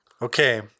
Okay